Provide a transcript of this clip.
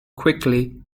quickly